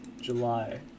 July